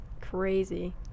crazy